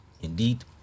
indeed